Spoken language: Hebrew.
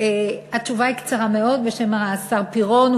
היא קצרה מאוד, בשם השר פירון.